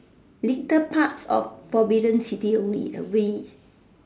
little parts of forbidden city only we